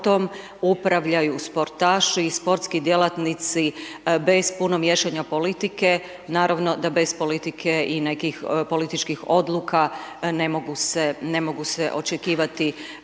sportom upravljaju sportaši i sportski djelatnici, bez puno miješanja politike, naravno da bez politike i nekih političkih odluka ne mogu se očekivati